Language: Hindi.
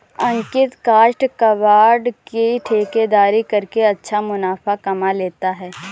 अंकित काष्ठ कबाड़ की ठेकेदारी करके अच्छा मुनाफा कमा लेता है